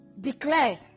Declare